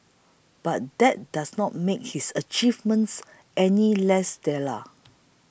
but that does not make his achievements any less stellar